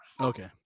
okay